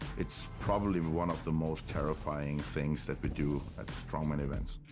it's probably one of the most terrifying things that we do at strongman events.